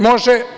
Može.